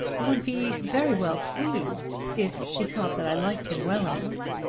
would be very well pleased if she thought that i liked him well enough.